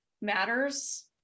matters